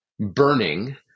burning